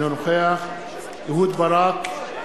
אינו נוכח אהוד ברק,